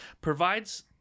provides